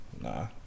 Nah